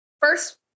first